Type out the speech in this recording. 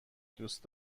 دوست